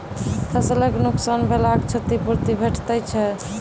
फसलक नुकसान भेलाक क्षतिपूर्ति भेटैत छै?